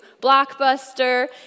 Blockbuster